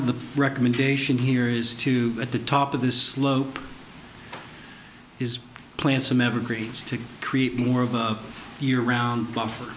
of the recommendation here is to at the top of this slope is plant some evergreens to create more of a year around